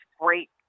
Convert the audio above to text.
great